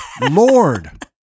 Lord